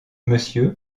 monsieur